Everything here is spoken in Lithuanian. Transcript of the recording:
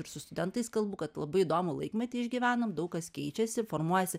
ir su studentais kalbu kad labai įdomų laikmetį išgyvenam daug kas keičiasi formuojasi